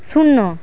শূন্য